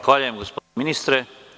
Zahvaljujem, gospodine ministre.